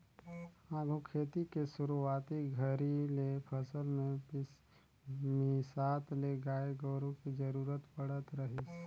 आघु खेती के सुरूवाती घरी ले फसल के मिसात ले गाय गोरु के जरूरत पड़त रहीस